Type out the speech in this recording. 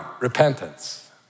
repentance